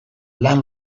lan